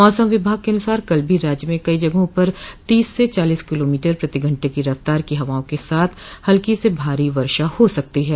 मौसम विभाग के अनुसार कल भी राज्य में कई जगहों पर तीस से चालीस किलोमीटर प्रतिघंटे की रफ्तार को हवाओं के साथ हल्की से भारी वर्षा हो सकती है